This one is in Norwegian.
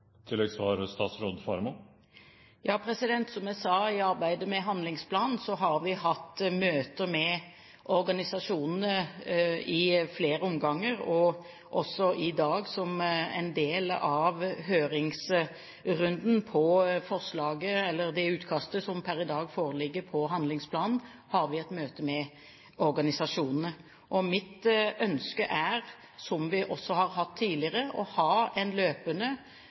Som jeg sa: I arbeidet med handlingsplanen har vi hatt møter med organisasjonene i flere omganger. Også i dag, som en del av høringsrunden om det utkastet som per i dag foreligger til handlingsplan, har vi et møte med organisasjonene. Mitt ønske er, som vi også har hatt tidligere, å ha en løpende